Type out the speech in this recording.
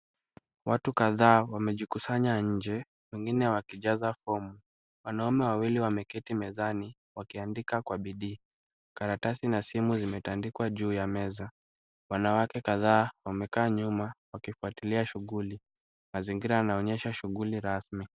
Watu kadhaa wamejikusanya nje wengine wakijaza fomu. Wanaume wawili wameketi mezani wakiandika kwa bidii kwa karatasi na simu zimetandikwa juu ya meza. Wanawake kadhaa wamekaa nyuma wakifuatilia shughuli. Mazingira yanaonyesha shughuli rasmi.